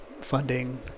funding